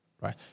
right